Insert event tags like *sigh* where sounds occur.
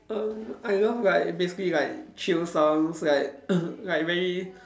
um I love like basically like chill sounds like *coughs* like very